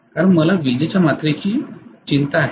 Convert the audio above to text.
कारण मला विजेच्या मात्रेची चिंता आहे